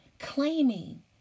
claiming